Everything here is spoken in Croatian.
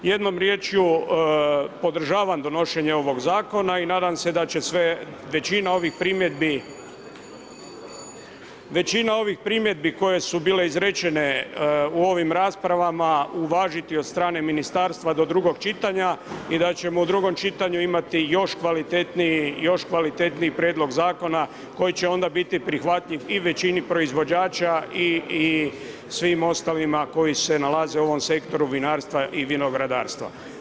Jednom riječju, podržavam donošenje ovog zakona i nadam se da će većinom ovih primjedbi, koje su bile izrečene u ovim raspravama, uvažiti od strane ministarstva do drugog čitanja i da ćemo u drugom čitanju imati još kvalitetniji prijedlog zakona, koji će onda biti prihvatljiv i većini proizvođača i svim ostalima koji se nalaze u ovom sektoru vinarstva i vinogradarstva.